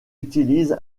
utilise